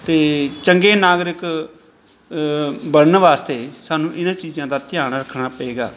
ਅਤੇ ਚੰਗੇ ਨਾਗਰਿਕ ਬਣਨ ਵਾਸਤੇ ਸਾਨੂੰ ਇਹਨਾਂ ਚੀਜ਼ਾਂ ਦਾ ਧਿਆਨ ਰੱਖਣਾ ਪਵੇਗਾ